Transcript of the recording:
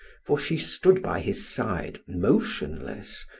for she stood by his side motionless,